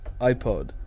iPod